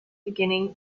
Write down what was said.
beginning